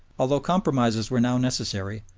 although compromises were now necessary,